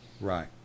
Right